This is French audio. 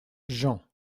jean